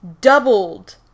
doubled